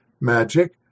Magic